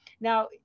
now